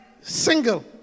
Single